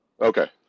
Okay